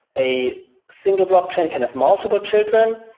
a single blockchain can have multiple children,